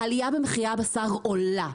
העלייה במחירי הבשר עולה,